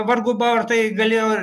vargu ba ar tai galėjo